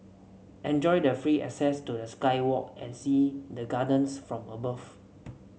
enjoy the free access to the sky walk and see the gardens from above